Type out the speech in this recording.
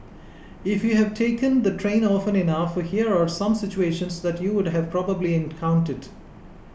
if you've taken the train often enough here are some situations that you would have probably encountered